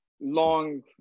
long